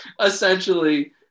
essentially